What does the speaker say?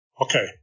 Okay